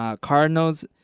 Cardinals